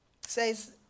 says